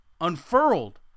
unfurled